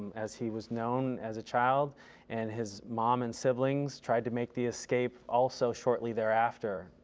as he was known, as a child and his mom and siblings tried to make the escape also, shortly thereafter.